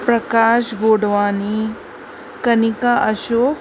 Prakash Godwani Kanika Ashok